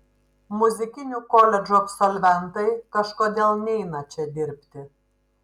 muzikinių koledžų absolventai kažkodėl neina čia dirbti